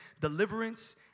deliverance